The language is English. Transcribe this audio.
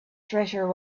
treasure